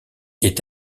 est